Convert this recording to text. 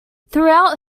throughout